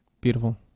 Beautiful